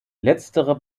letztere